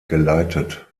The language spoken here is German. geleitet